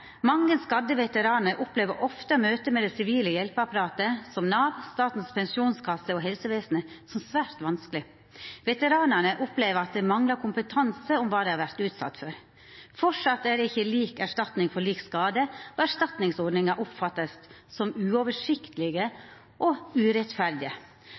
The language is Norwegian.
Mange skadde veteraner opplever ofte møtet med det sivile hjelpeapparatet, som Nav, Statens pensjonskasse og helsevesenet, som svært vanskelig. Veteranene opplever at det mangler kompetanse om hva de har vært utsatt for. Fortsatt er det ikke lik erstatning for lik skade, og erstatningsordninger oppfattes som